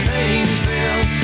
Painesville